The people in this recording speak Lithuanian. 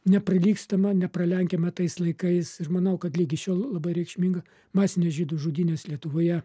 neprilygstamą nepralenkiamą tais laikais ir manau kad ligi šiol labai reikšmingą masinės žydų žudynės lietuvoje